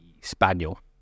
Spaniel